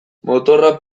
motorra